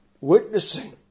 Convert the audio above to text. Witnessing